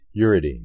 Uridine